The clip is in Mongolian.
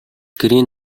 гэрийн